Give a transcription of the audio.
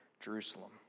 Jerusalem